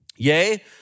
Yea